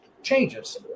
Changes